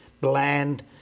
bland